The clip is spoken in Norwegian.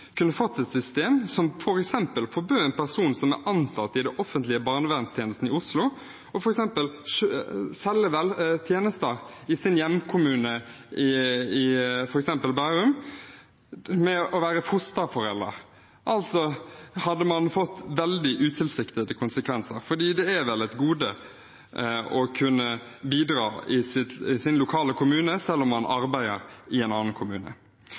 kunne fått et system som f.eks. forbød en person som er ansatt i den offentlige barnevernstjenesten i Oslo, å selge tjenester i sin hjemkommune, f.eks. Bærum, ved å være fosterforelder. Man hadde altså fått veldig utilsiktede konsekvenser, for det er vel et gode å kunne bidra i sin lokale kommune selv om man arbeider i en annen kommune.